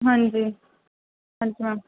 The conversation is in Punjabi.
ਹਾਂਜੀ ਹਾਂਜੀ ਮੈਮ